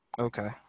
Okay